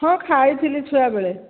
ହଁ ଖାଇଥିଲି ଛୁଆବେଳେ